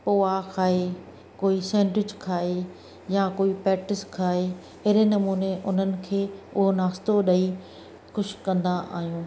पोहा खाए कोई सैंडविच खाए या कोई पैटिस खाए अहिड़े नमूने उन्हनि खे उहा नाश्तो ॾेई ख़ुशि कंदा आहियूं